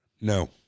No